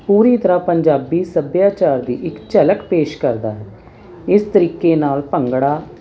ਪੂਰੀ ਤਰਾਂ ਪੰਜਾਬੀ ਸੱਭਿਆਚਾਰ ਦੀ ਇੱਕ ਝਲਕ ਪੇਸ਼ ਕਰਦਾ ਹੈ ਇਸ ਤਰੀਕੇ ਨਾਲ ਭੰਗੜਾ